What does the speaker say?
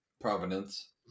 providence